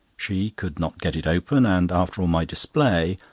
she could not get it open, and after all my display,